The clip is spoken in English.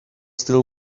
still